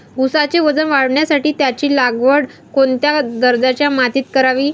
ऊसाचे वजन वाढवण्यासाठी त्याची लागवड कोणत्या दर्जाच्या मातीत करावी?